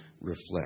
reflect